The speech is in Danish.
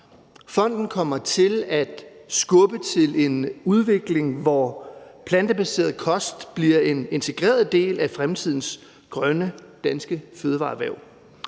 Fonden kommer til at skubbe til en udvikling, hvor plantebaseret kost bliver en integreret del af fremtidens grønne, danske fødevareerhverv.